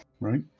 Right